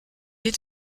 est